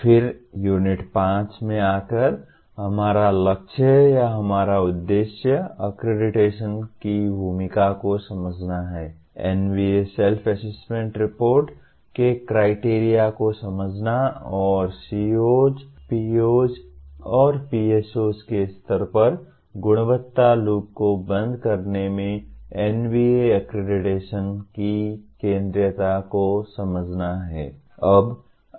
फिर यूनिट 5 में आकर हमारा लक्ष्य या हमारा उद्देश्य अक्रेडिटेशन की भूमिका को समझना है NBA सेल्फ असेसमेंट रिपोर्ट के क्राइटेरिया को समझना और COs POs और PSOs के स्तर पर गुणवत्ता लूप को बंद करने में NBA अक्रेडिटेशन की केंद्रीयता को समझना है